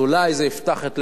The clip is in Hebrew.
אז אולי זה יפתח את לבבם,